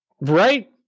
Right